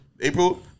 April